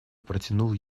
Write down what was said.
протянул